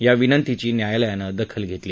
या विनंतीची न्यायालयानं दखल घेतली